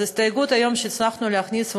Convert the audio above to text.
אז ההסתייגות שהצלחנו להכניס היום,